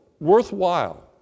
worthwhile